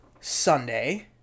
Sunday